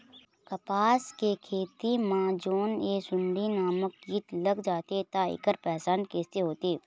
कपास के खेती मा जोन ये सुंडी नामक कीट लग जाथे ता ऐकर पहचान कैसे होथे?